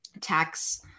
tax